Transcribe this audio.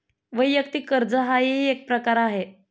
वैयक्तिक कर्ज हाही एक प्रकार आहे